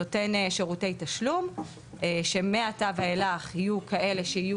נותן שירותי תשלום שמעתה ואילך יהיו כאלה שיהיו